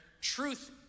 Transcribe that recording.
truth